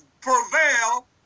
prevail